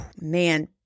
man